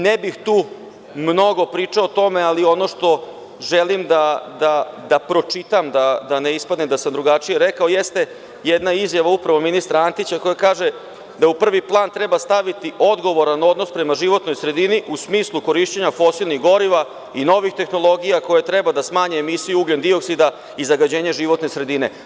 Ne bih tu mnogo pričao o tome, ali ono što želim da pročitam, da ne ispadne da sam drugačije rekao, jeste jedna izjava upravo ministra Antića, koji kaže da u prvi plan treba staviti odgovoran odnos prema životnoj sredini, u smislu korišćenja fosilnih goriva i novih tehnologija koje treba da smanje emisiju ugljendioksida i zagađenje životne sredine.